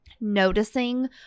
noticing